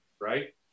right